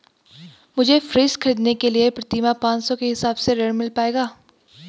मुझे फ्रीज खरीदने के लिए प्रति माह पाँच सौ के हिसाब से ऋण मिल पाएगा?